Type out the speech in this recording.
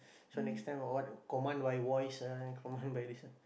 so next time all what command by voice ah command by this one